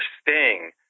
Sting